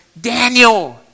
Daniel